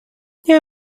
nie